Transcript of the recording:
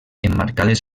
emmarcades